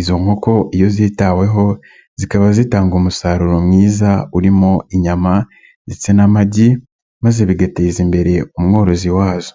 izo nkoko iyo zitaweho zikaba zitanga umusaruro mwiza urimo inyama ndetse n'amagi maze bigateza imbere umworozi wazo.